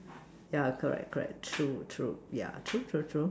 yeah correct correct true true ah yeah true true true